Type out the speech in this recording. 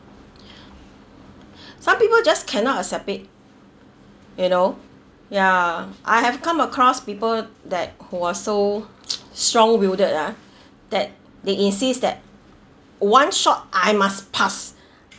some people just cannot accept it you know ya I have come across people that was so strong wielded ah that they insist that one shot I must pass